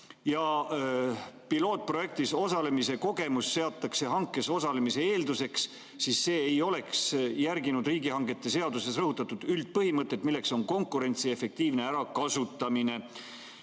et pilootprojektis osalemise kogemus seatakse hankes osalemise eelduseks – see ei oleks järginud riigihangete seaduses rõhutatud üldpõhimõtet, milleks on konkurentsi efektiivne ärakasutamine.